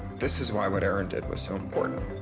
this is why what aaron did was so important.